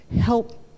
help